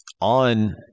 on